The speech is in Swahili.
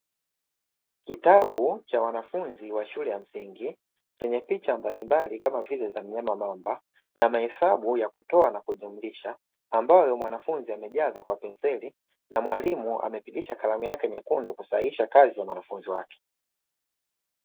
Kitabu cha wanafunzi wa shule ya msingi, chenye picha mbalimbali, kama vile mnyama mamba, na mahesabu ya kutoa na kujumlisha, ambayo mwanafunzi amejaza kwa penseli, na mwalimu amepitisha kwa kalamu nyekundu kusahihisha kazi za mwanafunzi wake.